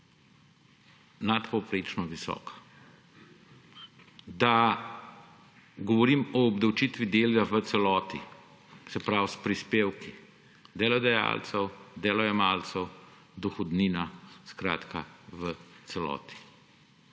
nadpovprečno visoka. Govorim o obdavčitvi dela v celoti; se pravi, s prispevki delodajalcev, delojemalcev, dohodnina – skratka, v celoti.